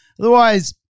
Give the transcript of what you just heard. Otherwise